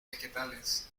vegetales